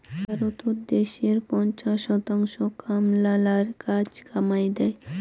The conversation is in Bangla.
ভারতত দ্যাশের পঞ্চাশ শতাংশ কামলালার কাজ কামাই দ্যায়